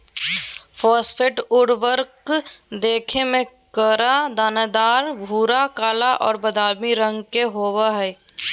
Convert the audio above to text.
phosphate उर्वरक दिखे में कड़ा, दानेदार, भूरा, काला और बादामी रंग के होबा हइ